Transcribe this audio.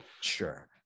Sure